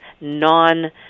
non